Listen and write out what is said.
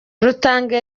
rutanga